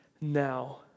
now